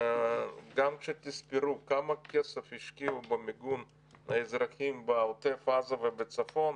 גם כשתספרו כמה כסף השקיעו במיגון האזרחים בעוטף עזה ובצפון,